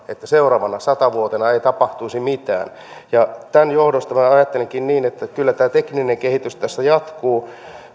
että seuraavaan sataan vuoteen ei ei tapahtuisi mitään tämän johdosta ajattelenkin niin että kyllä tämä tekninen kehitys tässä jatkuu